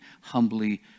humbly